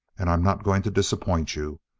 and i'm not going to disappoint you.